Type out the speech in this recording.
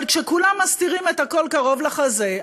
אבל כשכולם מסתירים את הכול קרוב לחזה,